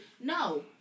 No